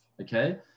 okay